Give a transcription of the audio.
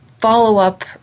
follow-up